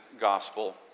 gospel